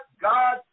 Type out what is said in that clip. God